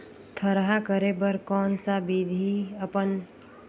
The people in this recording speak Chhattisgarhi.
थरहा करे बर कौन सा विधि अपन?